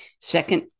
second